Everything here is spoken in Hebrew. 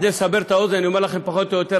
כדי לסבר את האוזן אני אומר לכם פחות או יותר,